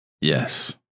Yes